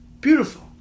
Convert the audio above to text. Beautiful